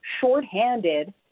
shorthanded